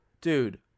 dude